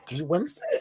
Wednesday